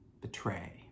betray